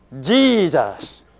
Jesus